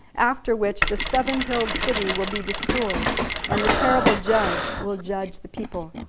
after which the seven-hilled city will be destroyed and the terrible judge will judge the people.